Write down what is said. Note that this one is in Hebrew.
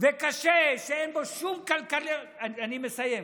וקשה שאין בו שום כלכלה, אני מסיים.